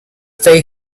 stay